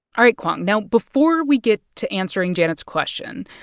ah like kwong. now, before we get to answering janet's question,